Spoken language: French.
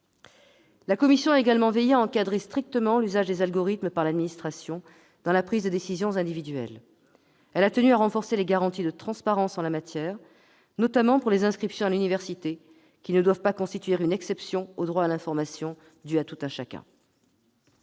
La commission a également veillé à encadrer strictement l'usage des algorithmes par l'administration dans la prise de décisions individuelles. Elle a tenu à renforcer les garanties de transparence en la matière, notamment pour les inscriptions à l'université qui ne doivent pas constituer une exception au droit à l'information dû à tout un chacun.